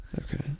Okay